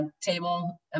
table